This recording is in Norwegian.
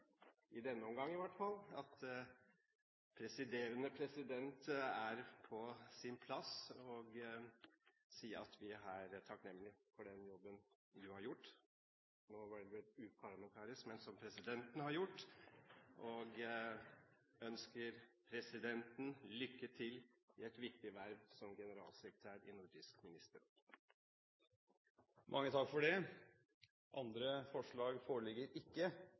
i denne omgang, i hvert fall – at presiderende president er på sin plass, å si at vi er takknemlige for den jobben du har gjort. Nå var jeg vel litt uparlamentarisk: den jobben som presidenten har gjort. Vi ønsker presidenten lykke til i et viktig verv som generalsekretær i Nordisk ministerråd. Mange takk for det. Laila Dåvøy er foreslått valgt til Stortingets femte visepresident. – Andre